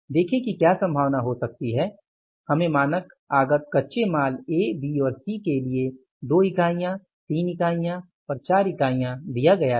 देखें कि क्या संभावना हो सकती है हमें मानक आगत कच्चे माल A B और C के लिए 2 इकाइयाँ 3 इकाइयाँ 4 इकाइयाँ दिया गया है